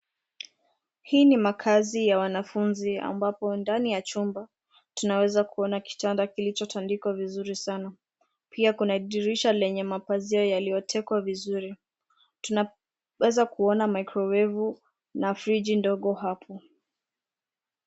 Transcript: Hii ni makaazi ya wanafunzi ambapo yako ndani ya chumba, tunaweza kuona kitanda kilicho tandikwa vizuri sana, pia kuna dirisha lenye mapazio yaliyo tekwa vizuri. Tunaweza kuona maicrowavu na friji ndogo hapo.